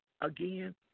again